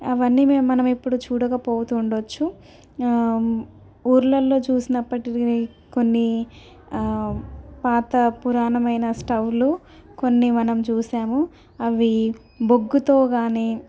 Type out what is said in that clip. అవన్నీ మేము మనం చూడకపోతుండొచ్చు ఊళ్ళలో చూసినప్పటి కొన్ని పాత పురాణమైన స్టౌలు కొన్ని మనం చూసాము అవి బొగ్గుతో కానీ